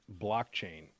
blockchain